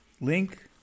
link